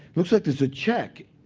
looks like there's a check.